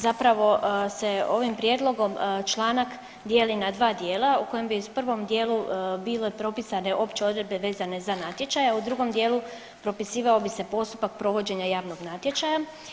Zapravo se ovim prijedlogom članak dijeli na dva dijela u kojem bi u prvom dijelu bile propisane opće odredbe vezane za natječaj, a u drugom dijelu propisivao bi se postupak provođenja javnog natječaja.